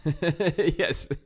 Yes